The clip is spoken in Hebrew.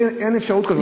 אין אפשרות כזאת.